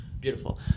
beautiful